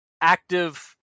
active